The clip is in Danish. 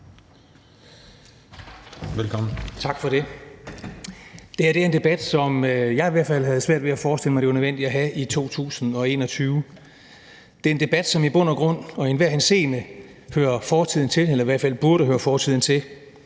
(RV): Tak for det. Det her er en debat, som jeg i hvert fald havde svært ved at forestille mig var nødvendig at have i 2021. Det er en debat, som i bund og grund og i enhver henseende hører fortiden til eller i hvert fald burde høre fortiden til,